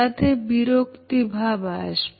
তাতে বিরক্তিভাব আসবে